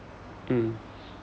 um